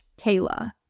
Kayla